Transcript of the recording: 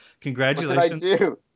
congratulations